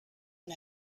and